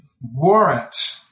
warrant